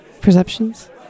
Perceptions